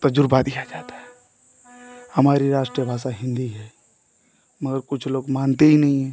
तजुर्बा दिया जाता है हमारी राष्ट्रभाषा हिन्दी है मगर कुछ लोग मानते ही नहीं हैं